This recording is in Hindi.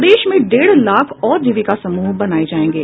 प्रदेश में डेढ़ लाख और जीविका समूह बनाये जायेंगे